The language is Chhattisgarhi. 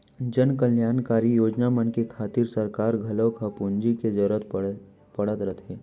जनकल्यानकारी योजना मन के खातिर सरकार घलौक ल पूंजी के जरूरत पड़त रथे